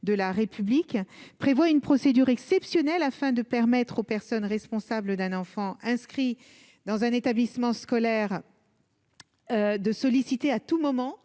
de la République prévoit une procédure exceptionnelle afin de permettre aux personnes responsables d'un enfant inscrit dans un établissement scolaire. De solliciter à tout moment